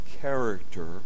character